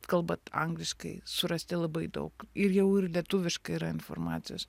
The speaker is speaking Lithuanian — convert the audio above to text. kalbat angliškai surasti labai daug ir jau ir lietuviškai yra informacijos